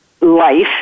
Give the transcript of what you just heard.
Life